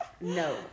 No